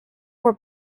were